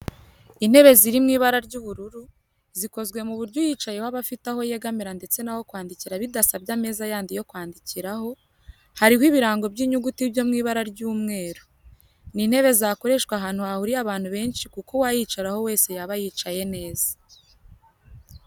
Intebe ziri mu ibara ry'ubururu, zikozwe ku buryo uyicayeho aba afite aho yegamira ndetse n'aho kwandikira bidasabye ameza yandi yo kwandikiraho, hariho ibirango by'inyuguti byo mu ibara ry'umweru. Ni intebe zakoreshwa ahantu hahuriye abantu benshi kuko uwayicaraho wese yaba yicaye neza